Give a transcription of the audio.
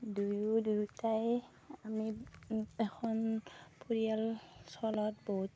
দুয়ো দুইটাই আমি এখন পৰিয়াল চলাত বহুত